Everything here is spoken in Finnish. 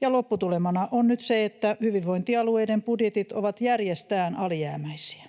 ja lopputulemana on nyt se, että hyvinvointialueiden budjetit ovat järjestään alijäämäisiä.